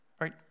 right